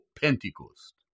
Pentecost